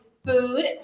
food